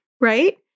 right